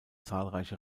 zahlreiche